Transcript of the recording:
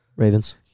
Ravens